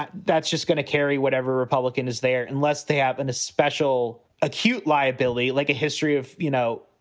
that's just going to carry whatever republican is there unless they have an especial acute liability, like a history of, you know,